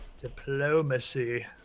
diplomacy